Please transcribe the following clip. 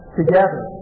together